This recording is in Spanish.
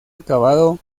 acabado